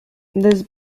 this